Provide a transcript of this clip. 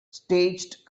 staged